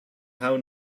how